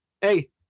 hey